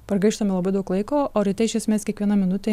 pragaištame labai daug laiko o ryte iš esmės kiekviena minutė